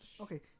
Okay